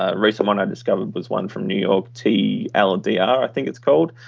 ah recent one i discovered was one from new york. tldr, i think it's called.